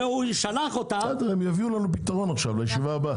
הוא שלח אותם- -- הם יביאו לנו פתרון ישיבה הבאה.